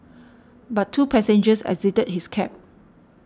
but two passengers exited his cab